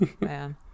Man